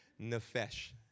Nefesh